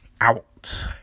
out